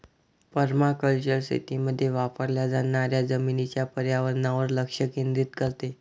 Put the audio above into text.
permaculture शेतीमध्ये वापरल्या जाणाऱ्या जमिनीच्या पर्यावरणावर लक्ष केंद्रित करते